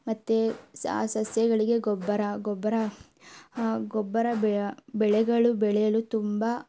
ಮತ್ತು ಆ ಸಸ್ಯಗಳಿಗೆ ಗೊಬ್ಬರ ಗೊಬ್ಬರ ಗೊಬ್ಬರ ಬೆಳೆಗಳು ಬೆಳೆಯಲು ತುಂಬ